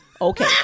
Okay